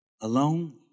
alone